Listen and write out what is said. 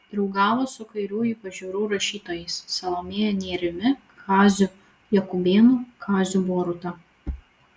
draugavo su kairiųjų pažiūrų rašytojais salomėja nėrimi kaziu jakubėnu kaziu boruta